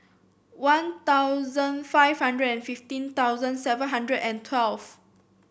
One Thousand five hundred and fifteen thousand seven hundred and twelve